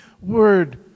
word